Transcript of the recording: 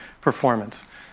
performance